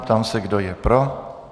Ptám se, kdo je pro.